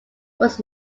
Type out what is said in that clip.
was